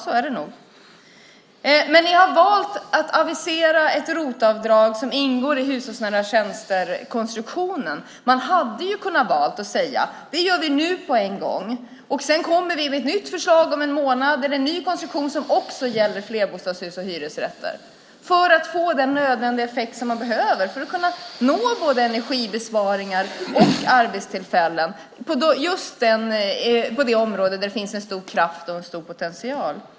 Så är det nog. Ni har valt att avisera ett ROT-avdrag som ingår i konstruktionen med hushållsnära tjänster. Man hade kunnat säga att vi skulle göra det nu, på en gång, och sedan komma med ett nytt förslag om en månad med en ny konstruktion som också gäller flerbostadshus och hyresrätter för att kunna åstadkomma både energibesparingar och arbetstillfällen på det område där det finns en stor kraft och en stor potential.